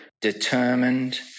determined